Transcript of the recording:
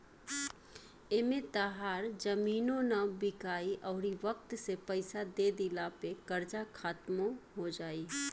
एमें तहार जमीनो ना बिकाइ अउरी वक्त से पइसा दे दिला पे कर्जा खात्मो हो जाई